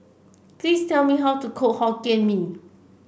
please tell me how to cook Hokkien Mee